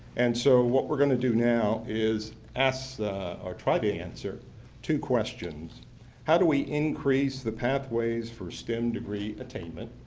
and so what we're going to do now is asn or try to answer two questions how do increase the pathways for stem degree attainment?